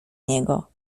niego